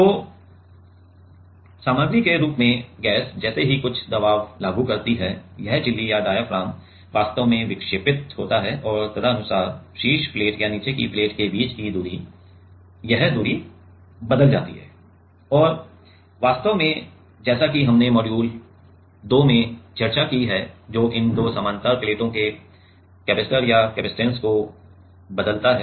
तो सामग्री के रूप में गैस जैसे ही कुछ दबाव लागू करती है यह झिल्ली या डायाफ्राम वास्तव में विक्षेपित होता है और तदनुसार शीर्ष प्लेट और नीचे की प्लेट के बीच की दूरी यह दूरी बदल जाती है और वास्तव में जैसा कि हमने मॉड्यूल 2 में चर्चा की है जो इन दो समानांतर प्लेटों के कपैसिटर या कपसिटंस को बदलता है